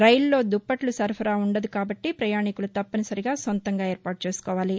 రైలులో దుప్పట్ల సరఫరా ఉండదు కాబట్లి ప్రయాణికులు తప్పనిసరిగా సొంతంగా ఏర్పాటు చేసుకోవాలి